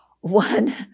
one